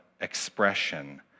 expression